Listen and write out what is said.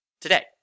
today